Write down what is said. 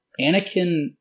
Anakin